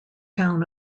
town